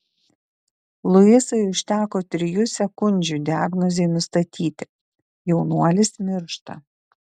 luisui užteko trijų sekundžių diagnozei nustatyti jaunuolis miršta